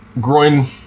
groin